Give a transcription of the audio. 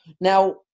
Now